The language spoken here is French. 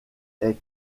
est